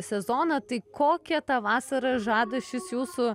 sezoną tai kokią tą vasarą žada šis jūsų